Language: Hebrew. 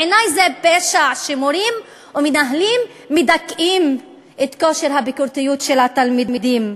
בעיני זה פשע שמורים או מנהלים מדכאים את כושר הביקורתיות של התלמידים.